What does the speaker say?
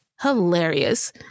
Hilarious